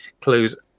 clues